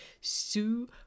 Sue